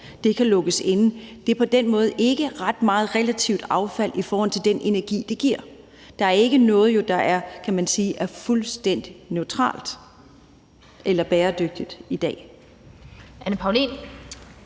det kan lukkes inde. Der er på den måde ikke relativt meget affald i forhold til den energi, der produceres. Der er jo ikke noget, kan man sige, der er fuldstændig neutralt eller bæredygtigt i dag.